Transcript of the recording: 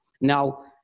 Now